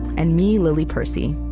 and me, lily percy.